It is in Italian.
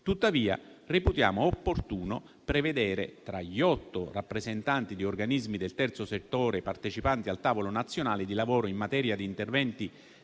Tuttavia, reputiamo opportuno prevedere, tra gli otto rappresentanti di organismi del terzo settore partecipanti al tavolo nazionale di lavoro in materia di interventi